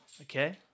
Okay